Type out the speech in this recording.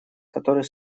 который